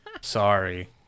Sorry